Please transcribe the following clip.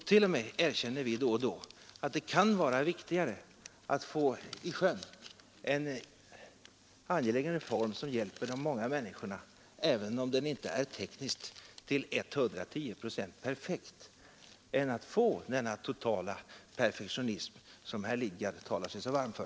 Vi erkänner t.o.m. ibland att det kan vara riktigare att få en angelägen reform genomförd som hjälper de många människorna, även om den tekniskt inte är till 110 procent perfekt, än att nå den totala perfektionism som herr Lidgard talar sig så varm för.